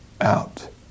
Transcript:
out